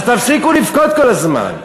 אז תפסיקו לבכות כל הזמן.